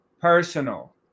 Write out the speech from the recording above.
personal